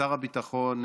ששר הביטחון,